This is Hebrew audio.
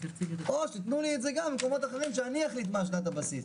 או שתיתנו לי את זה גם במקומות אחרים שאני אחליט מה שנת הבסיס.